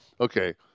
okay